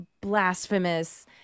blasphemous